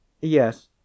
Yes